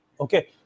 okay